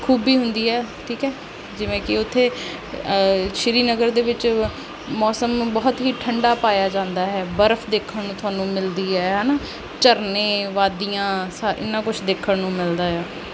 ਖੂਬੀ ਹੁੰਦੀ ਹੈ ਠੀਕ ਹੈ ਜਿਵੇਂ ਕਿ ਉੱਥੇ ਸ਼੍ਰੀਨਗਰ ਦੇ ਵਿੱਚ ਮੌਸਮ ਬਹੁਤ ਹੀ ਠੰਡਾ ਪਾਇਆ ਜਾਂਦਾ ਹੈ ਬਰਫ ਦੇਖਣ ਨੂੰ ਤੁਹਾਨੂੰ ਮਿਲਦੀ ਹੈ ਹੈ ਨਾ ਝਰਨੇ ਵਾਦੀਆਂ ਸਾ ਇੰਨਾ ਕੁਛ ਦੇਖਣ ਨੂੰ ਮਿਲਦਾ ਆ